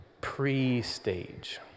pre-stage